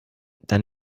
dann